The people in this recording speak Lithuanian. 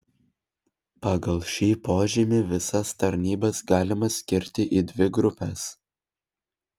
pagal šį požymį visas tarnybas galima skirti į dvi grupes